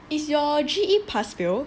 is your G_E pass fail